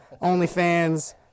OnlyFans